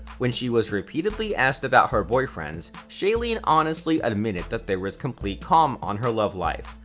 when she was repeatedly asked about her boyfriends, shailene honestly admitted that there was complete calm on her love life.